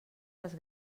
les